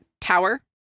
tower